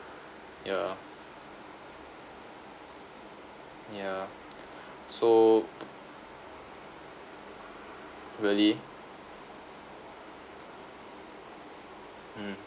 yeah yeah so really mm